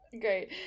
Great